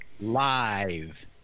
live